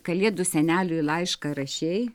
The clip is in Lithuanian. kalėdų seneliui laišką rašei